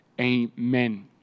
Amen